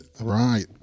Right